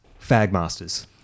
Fagmasters